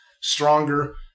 stronger